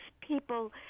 people